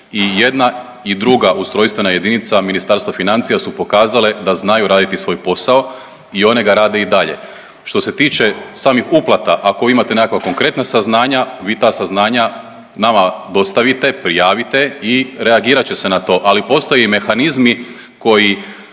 i jedna i druga ustrojstvena jedinica Ministarstva financija su pokazale da znaju raditi svoj posao i one ga rade i dalje. Što se tiče samih uplata, ako imate nekakva konkretna saznanja, vi ta saznanja nama dostavite, prijavite i reagirat će se na to, ali postoji mehanizmi koji